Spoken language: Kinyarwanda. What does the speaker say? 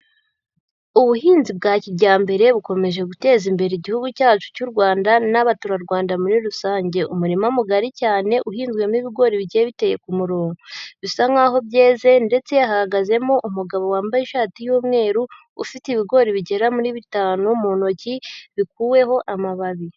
Ubuhinzi bwa kijyambere bukomeje guteza imbere Igihugu cyacu cy'u Rwanda n'Abaturarwanda muri rusange. Umurima mugari cyane uhinzwemo ibigori bigiye biteye ku murongo, bisa nkaho byeze, ndetse hahagazemo umugabo wambaye ishati y'umweru, ufite ibigori bigera muri bitanu mu ntoki, bikuweho amababi.